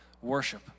worship